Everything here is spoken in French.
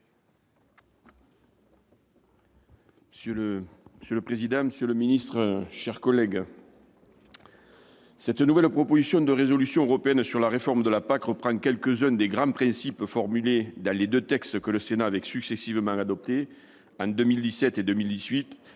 Monsieur le président, monsieur le ministre, mes chers collègues, cette nouvelle proposition de résolution européenne sur la réforme de la PAC reprend quelques-uns des grands principes formulés dans les deux textes que le Sénat avait successivement adoptés en 2017 et 2018,